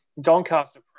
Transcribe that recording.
Doncaster